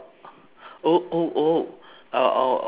oh oh oh I'll I'll I'll make